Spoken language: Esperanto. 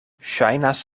ŝajnas